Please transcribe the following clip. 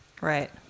Right